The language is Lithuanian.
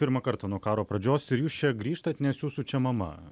pirmą kartą nuo karo pradžios ir jūs čia grįžtat nes jūsų čia mama